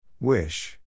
Wish